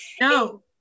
no